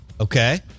Okay